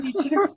teacher